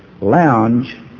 lounge